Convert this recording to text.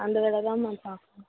அந்த வேலை தான் மேம் பார்க்றோம்